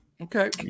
Okay